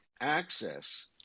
access